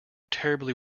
terribly